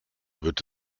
wird